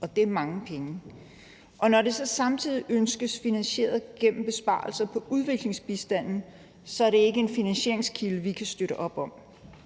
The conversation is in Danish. og det er mange penge, og når det så samtidig ønskes finansieret gennem besparelser på udviklingsbistanden, er det ikke en finansieringskilde, vi kan støtte op om.